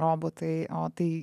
robotai o tai